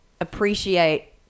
appreciate